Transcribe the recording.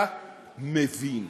אתה מבין.